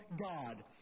God